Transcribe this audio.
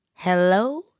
Hello